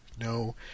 No